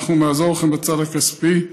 אנחנו נעזור לכם בצד הכספי,